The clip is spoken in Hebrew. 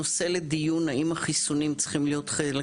נושא לדיון, האם החיסונים צריכים להיות חלק